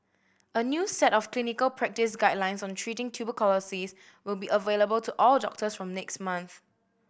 a new set of clinical practice guidelines on treating tuberculosis will be available to all doctors from next month